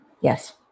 Yes